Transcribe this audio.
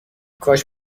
کاش